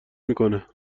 میکنه